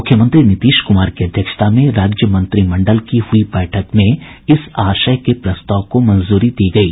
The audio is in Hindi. मुख्यमंत्री नीतीश कुमार की अध्यक्षता में राज्य मंत्रिमंडल की हुई बैठक में इस आशय के प्रस्ताव को मंजूरी दी गयी